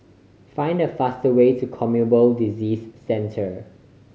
find the fast way to Communicable Disease Centre